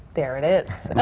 there it is!